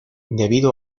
debido